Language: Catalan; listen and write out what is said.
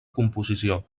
composició